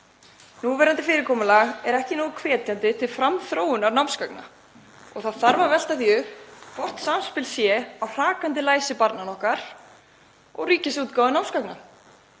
Núverandi fyrirkomulag er ekki hvetjandi til framþróunar námsgagna og það þarf að velta því upp hvort samspil sé á milli hrakandi læsis barnanna okkar og ríkisútgáfu námsgagna.